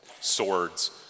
swords